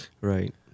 Right